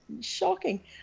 shocking